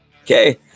okay